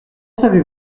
savez